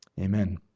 Amen